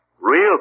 Real